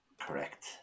Correct